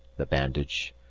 the bandage.